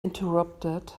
interrupted